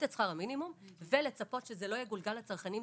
את שכר המינימום ולצפות שזה לא יגולגל לצרכנים,